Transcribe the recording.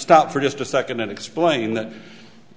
stop for just a second and explain that